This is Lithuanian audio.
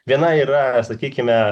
viena yra sakykime